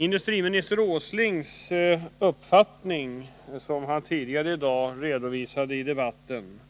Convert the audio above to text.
Industriminister Åslings uppfattning, som han tidigare i dag redovisade i debatten,